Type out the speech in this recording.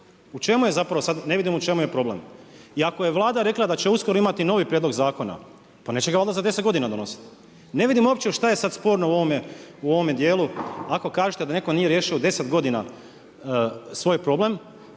15 godina, 20 godina? Ne vidim u čemu je problem. I ako je Vlada rekla da će uskoro imati novi prijedlog zakona, pa neće ga valjda za 10 godina donositi. Ne vidim uopće šta je sad sporno u ovome dijelu ako kažete da netko mnije riješio 10 godina svoj problem,